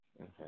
Okay